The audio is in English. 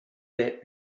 that